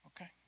Okay